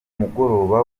mugoroba